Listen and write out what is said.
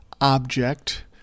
object